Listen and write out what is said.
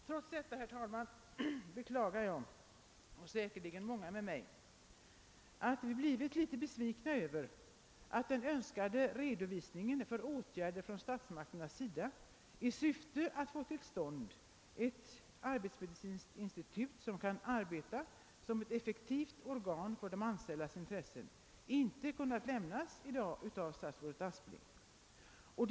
Trots detta, herr talman, har jag och säkerligen många med mig blivit något besvikna över att den önskade redovisningen för åtgärder från statsmakternas sida i syfte att få till stånd ett arbetsmedicinskt institut, som kan arbeta som ett effektivt organ för de anställdas intressen, inte kunnat lämnas i dag av statsrådet Aspling.